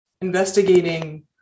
investigating